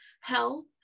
health